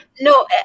No